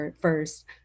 first